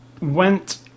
went